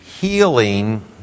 healing